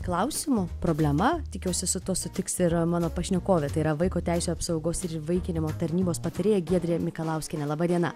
klausimu problema tikiuosi su tuo sutiks ir mano pašnekovė tai yra vaiko teisių apsaugos ir įvaikinimo tarnybos patarėja giedrė mikalauskienė laba diena